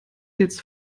jetzt